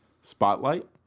Spotlight